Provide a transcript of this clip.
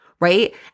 Right